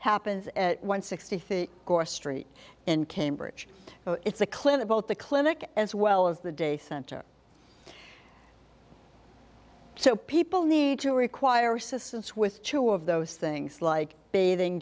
happens at one sixty or street in cambridge it's a clinic both the clinic as well as the day center so people need to require assistance with two of those things like bathing